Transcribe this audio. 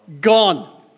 gone